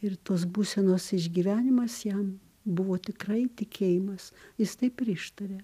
ir tos būsenos išgyvenimas jam buvo tikrai tikėjimas jis taip ir ištarė